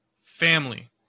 family